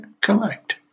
collect